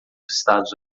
estados